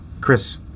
Chris